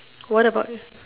what about